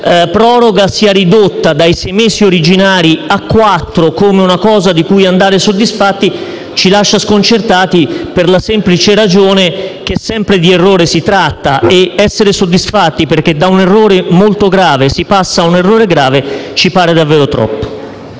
proroga sia ridotta dai sei mesi originari a quattro come una circostanza di cui andare soddisfatti ci lascia sconcertati per la semplice ragione che sempre di errore si tratta. Essere soddisfatti perché da un errore molto grave si passa a un errore appena minore ci pare davvero troppo.